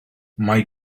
mae